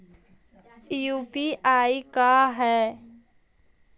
UPI का है?